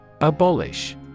Abolish